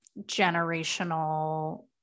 generational